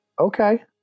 Okay